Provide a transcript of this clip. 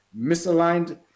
misaligned